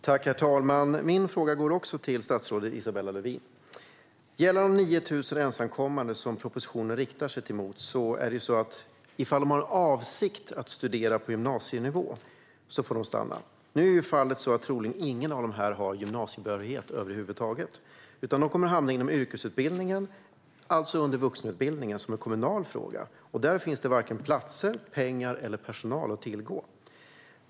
Herr talman! Även min fråga går till statsrådet Isabella Lövin. Den gäller de 9 000 ensamkommande som en av regeringens propositioner riktar sig mot. Ifall de "har för avsikt" att studera på gymnasienivå får de stanna. Nu är fallet att troligen ingen av dem har gymnasiebehörighet över huvud taget. De kommer därför att hamna inom yrkesutbildningen, det vill säga under vuxenutbildningen, som är en kommunal fråga. Där finns det varken platser, pengar eller personal att tillgå.